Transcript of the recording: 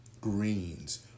greens